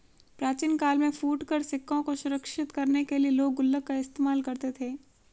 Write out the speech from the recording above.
प्राचीन काल में फुटकर सिक्कों को सुरक्षित करने के लिए लोग गुल्लक का इस्तेमाल करते थे